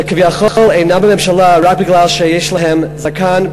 שכביכול הם אינם בממשלה רק בגלל שיש להם זקן,